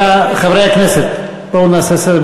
חברי הכנסת, בואו נעשה סדר.